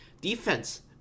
Defense